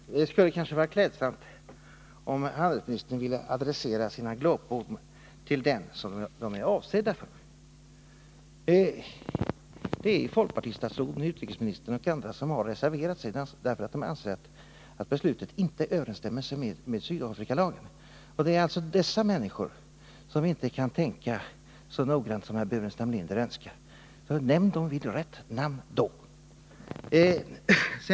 Herr talman! Det skulle kanske vara klädsamt, om handelsministern ville adressera sina glåpord till dem som de är avsedda för. Folkpartistatsråden — utrikesministern och andra — har ju reserverat sig därför att de anser att beslutet inte överensstämmer med Sydafrikalagen. Det är alltså dessa människor som inte kan tänka så noggrant som herr Burenstam Linder önskar. Nämn personerna vid rätt namn då!